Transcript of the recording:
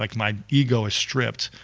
like my ego is stripped,